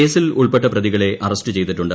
കേസിൽ ഉൾപ്പെട്ട പ്രതികളെ അറസ്റ്റ് ചെയ്തിട്ടുണ്ട്